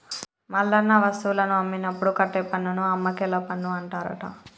మల్లన్న వస్తువులను అమ్మినప్పుడు కట్టే పన్నును అమ్మకేల పన్ను అంటారట